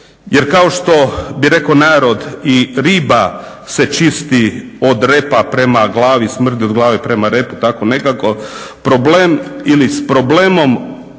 Jer kao što bi rekao narod i riba se čisti od repa prema glavi, smrdi od glave prema repu, tako nekako, problem ili s problemom